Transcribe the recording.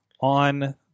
on